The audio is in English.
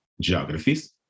geographies